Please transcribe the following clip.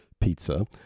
pizza